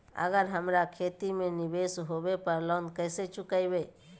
अगर हमरा खेती में निवेस होवे पर लोन कैसे चुकाइबे?